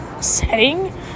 setting